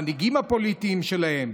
המנהיגים הפוליטיים שלהם.